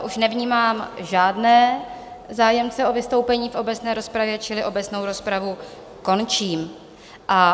Už nevnímám žádné zájemce o vystoupení v obecné rozpravě, čili obecnou rozpravu končím.